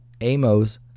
Amos